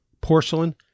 porcelain